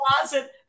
closet